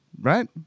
right